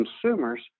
consumers